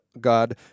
God